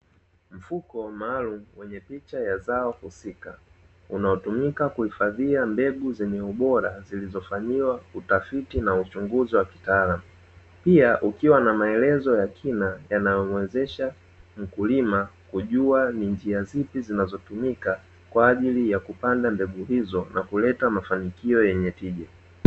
Mfuko maalumu wenye picha ya zao husika unaotumika kuhifadhia mbegu zenye ubora, zilizofanyiwa utafiti na uchunguzi wa kitaalamu pia ukiwa na maelezo yenye kina, yanayomuwezesha mkulima kujua ni njia zipi zinazotumika, kwa ajili ya kupanda mbegu hizo na kuleta mafanikio yenye tija.